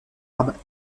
arbres